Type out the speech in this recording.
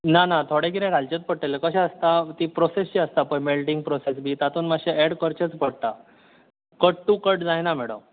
ना ना थोडें कितें घालचेंच पडटलें कशें आसता ती प्रोसेस जी आसता पळय मेल्टींग प्रोसेस बी तातूंत मातशे ऍड करचेंच पडटा कट टू कट जायना मॅडम